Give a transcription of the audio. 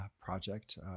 project